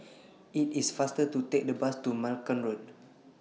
IT IS faster to Take The Bus to Malcolm Road